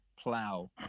plow